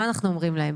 מה אנחנו אומרים להם?